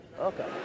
Okay